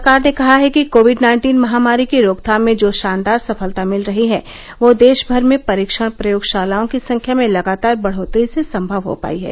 सरकार ने कहा है कि कोविड नाइन्टीन महामारी की रोकथाम में जो शानदार सफलता मिल रही हैं वह देशभर में परीक्षण प्रयोगशालाओं की संख्या में लगातार बढ़ोतरी से संभव हो पाई हैं